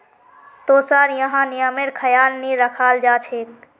तोसार यहाँ नियमेर ख्याल नहीं रखाल जा छेक